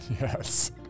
Yes